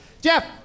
Jeff